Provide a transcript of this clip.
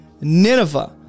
Nineveh